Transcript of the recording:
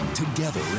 Together